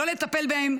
לא לטפל בהם.